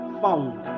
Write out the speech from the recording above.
found